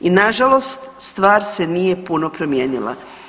I nažalost stvar se nije puno promijenila.